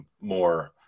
more